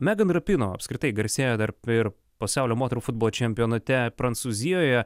megan rapino apskritai garsėja dar ir pasaulio moterų futbolo čempionate prancūzijoje